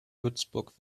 würzburg